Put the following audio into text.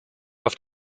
auf